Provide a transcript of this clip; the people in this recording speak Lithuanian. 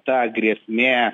ta grėsmė